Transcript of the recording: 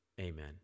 Amen